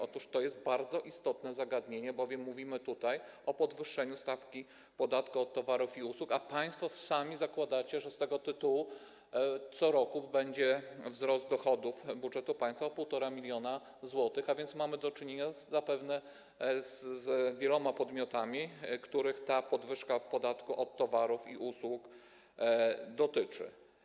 Otóż to jest bardzo istotne zagadnienie, bowiem mówimy tutaj o podwyższeniu stawki podatku od towarów i usług, a państwo sami zakładacie, że z tego tytułu co roku będzie wzrost dochodów budżetu państwa o 1,5 mln zł, a więc mamy do czynienia zapewne z wieloma podmiotami, których ta podwyżka podatku od towarów i usług dotyczy.